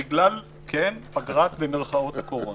בגלל "פגרת הקורונה", במירכאות.